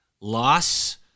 loss